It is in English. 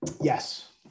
Yes